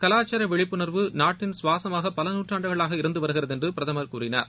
கலாச்சார விழிப்புணர்வை நாட்டின் சுவாசுமாக பல நுற்றாண்டுகளாக இருந்து வருகிறது என்று பிரதமர் கூறினார்